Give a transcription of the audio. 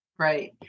Right